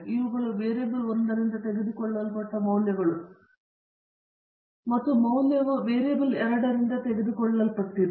ಇವುಗಳು ವೇರಿಯೇಬಲ್ 1 ರಿಂದ ತೆಗೆದುಕೊಳ್ಳಲ್ಪಟ್ಟ ಮೌಲ್ಯಗಳು ಮತ್ತು ಮೌಲ್ಯವು ವೇರಿಯೇಬಲ್ 2 ರಿಂದ ತೆಗೆದುಕೊಳ್ಳಲ್ಪಟ್ಟಿದೆ